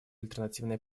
альтернативные